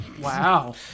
Wow